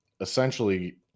essentially